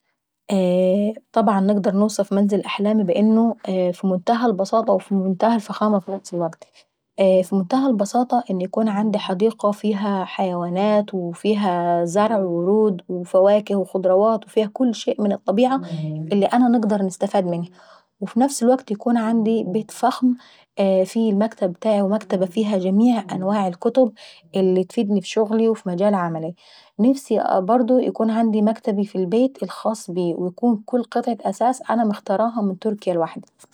طبعا نقدر نوصف منزل احلامي في انه ف منتهى البساطة وف منتهى الفخامة ف نفس الوكت. ف منتهى البساطة ان يكون عيندي حديقة فيها حيوانات وفيها زرع وورود وفواكه وخضروات ، وفيها كل شيء من الطبيعة اللي انا نقدر نستفاد منها. وفي نفس الوكت يكون عيندي بيت فخم يكون فيه مكتبة فيها جميع انواع الكتب اللي تفيدني في شغل وفي مجال عملاي. نفسي برضو يكون عندي مكتبي في البيت الخاص بيي ويكون عيندي قطع الاثاث اللي مختارها من تركيا لوحداي.